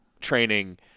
training